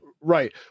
right